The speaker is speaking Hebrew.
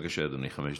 בבקשה, אדוני, חמש דקות.